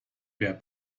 wer